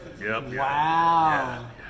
Wow